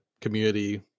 community